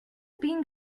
being